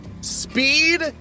speed